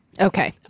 Okay